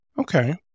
Okay